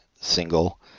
single